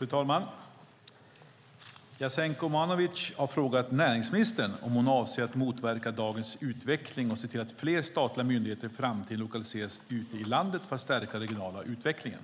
Fru talman! Jasenko Omanovic har frågat näringsministern om hon avser att motverka dagens utveckling och se till att fler statliga myndigheter i framtiden lokaliseras ute i landet för att stärka den regionala utvecklingen.